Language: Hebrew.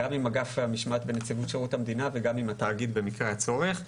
גם עם אגף המשמעת בנציבות שירות המדינה וגם אם התאגיד במקרה הצורך.